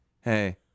Hey